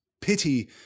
Pity